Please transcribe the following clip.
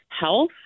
health